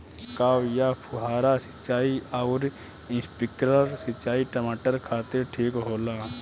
छिड़काव या फुहारा सिंचाई आउर स्प्रिंकलर सिंचाई टमाटर खातिर ठीक होला?